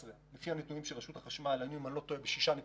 לפי הנתונים של רשות החשמל היינו בסוף 2019 ב-6.4%,